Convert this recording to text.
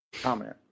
comment